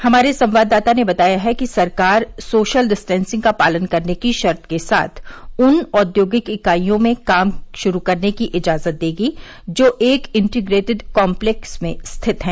हमारे संवाददाता ने बताया है कि सरकार सोशल डिस्टेंसिंग का पालन करने की शर्त के साथ उन औद्योगिक इकाइयों में काम शुरू करने की इजाजत देगी जो एक इंटीग्रेटिड कॉम्प्लेक्स में रिथत हैं